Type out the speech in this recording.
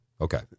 Okay